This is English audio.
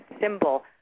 symbol